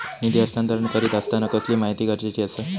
निधी हस्तांतरण करीत आसताना कसली माहिती गरजेची आसा?